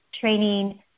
training